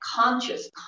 conscious